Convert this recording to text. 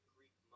Greek